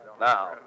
Now